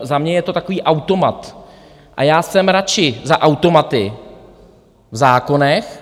Za mě je to takový automat a já jsem radši za automaty v zákonech.